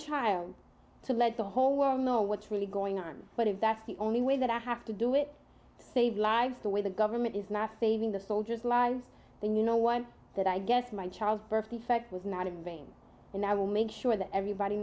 child to let the whole world know what's really going on but if that's the only way that i have to do it to save lives the way the government is not saving the soldiers lives then you know one that i guess my child's birth defect was not a vein and i will make sure that everybody